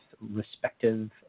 respective